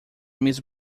miss